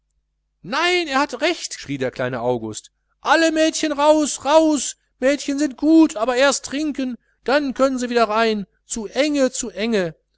nein er hat recht schrie der kleine august alle mädchen raus raus mädchen sind gut aber erst trinken dann könn se wieder rein zu enge zu enge